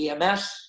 EMS